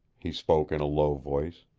he spoke in a low voice.